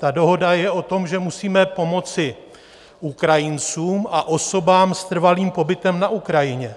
ta dohoda je o tom, že musíme pomoci Ukrajincům a osobám s trvalým pobytem na Ukrajině.